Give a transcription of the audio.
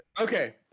okay